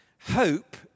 hope